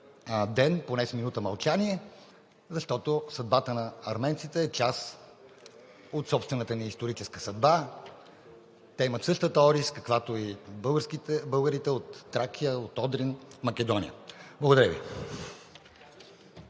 ден, поне с минута мълчание, защото съдбата на арменците е част от собствената ни историческа съдба. Те имат същата орис, каквато и българите от Тракия, от Одрин, от Македония. Благодаря Ви.